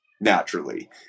naturally